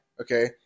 okay